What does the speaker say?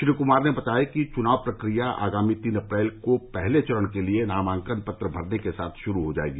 श्री कमार ने बताया चनाव प्रकिया आगामी तीन अप्रैल को पहले चरण के लिए नामांकन पत्र भरने के साथ शुरू हो जायेगी